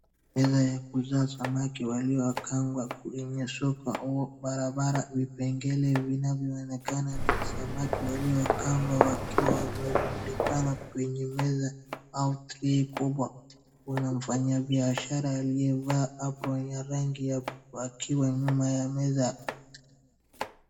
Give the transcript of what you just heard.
Meza ya kuuzia samaki waliokaangwa kwenye soko au barabara, vipengele vinavyoonekana ni samaki waliokaangwa wakiwa wamerundikana kwenye meza au tray kubwa. Kuna mfanyabiashara aliyevaa apron ya rangi ya blue akiwa nyuma ya meza.